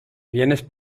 vienes